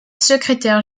secrétaire